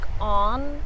on